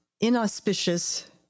inauspicious